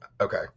Okay